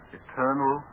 eternal